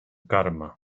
karma